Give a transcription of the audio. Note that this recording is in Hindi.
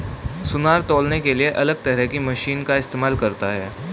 सुनार तौलने के लिए अलग तरह की मशीन का इस्तेमाल करता है